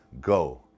go